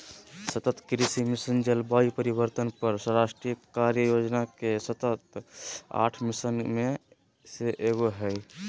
सतत कृषि मिशन, जलवायु परिवर्तन पर राष्ट्रीय कार्य योजना के तहत आठ मिशन में से एगो हइ